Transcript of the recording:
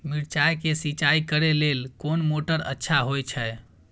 मिर्चाय के सिंचाई करे लेल कोन मोटर अच्छा होय छै?